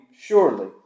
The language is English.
surely